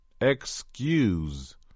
excuse